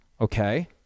okay